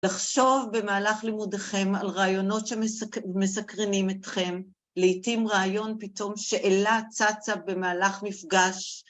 ‫לחשוב במהלך לימודיכם ‫על רעיונות שמס.. שמסקרנים אתכם, ‫לעיתים רעיון פתאום שאלה צצה ‫במהלך מפגש.